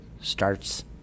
starts